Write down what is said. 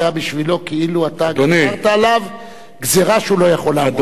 זה היה בשבילו כאילו גזרת עליו גזירה שהוא לא יכול לעמוד בה.